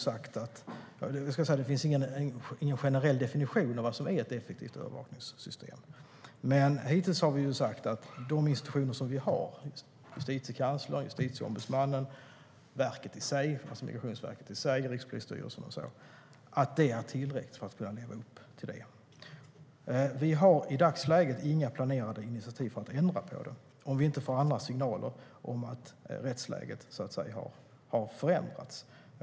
Det finns ingen generell definition av vad som är ett effektivt övervakningssystem, men hittills har vi sagt att de institutioner vi har - Justitiekanslern, Justitieombudsmannen, Migrationsverket i sig, Rikspolisstyrelsen och så vidare - är tillräckliga för att leva upp till det. Vi har i dagsläget inga planerade initiativ för att ändra på detta, om vi inte får signaler om att rättsläget har förändrats.